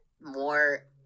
more